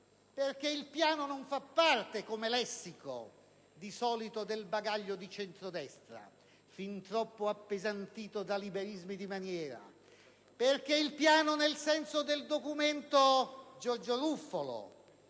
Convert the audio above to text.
solito il piano non fa parte, come lessico, del bagaglio di centrodestra, fin troppo appesantito da liberismi di maniera. Perché il piano, nel senso del documento elaborato